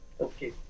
Okay